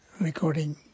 Recording